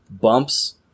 bumps